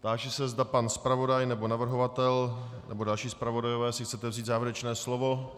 Táži se, zda pan zpravodaj nebo navrhovatel nebo další zpravodajové si chcete vzít závěrečné slovo.